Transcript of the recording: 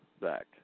back